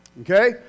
Okay